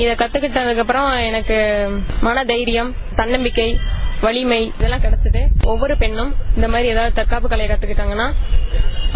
இத கத்துக்கிட்டதற்கு அட்புறம் எனக்கு மனதைரியம் தன்னம்பிக்கை வலிமை இதெல்லாம் கிளடச்சது ஒவ்வொரு பெண்ணும் இதபோல தற்காப்பு கலைகளை கத்துக்கிட்டாங்கள்னார்